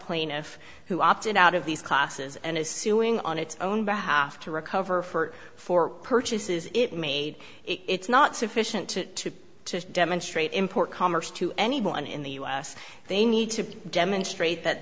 plaintiff who opted out of these classes and is suing on its own behalf to recover for four purchases it made it's not sufficient to to demonstrate import commerce to anyone in the u s they need to demonstrate that